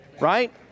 Right